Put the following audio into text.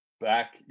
Back